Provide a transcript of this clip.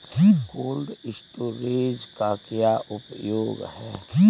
Cold storage का क्या उपयोग है?